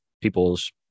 people's